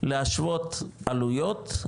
להשוות עלויות,